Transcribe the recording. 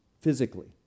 physically